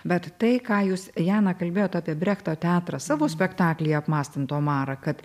bet tai ką jūs jana kalbėjot apie brechto teatrą savo spektakly apmąstant omarą kad